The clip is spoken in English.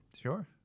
Sure